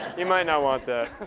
you might not want that.